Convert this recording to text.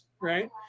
right